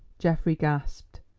geoffrey gasped.